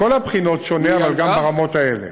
מכל הבחינות וגם ברמות האלה.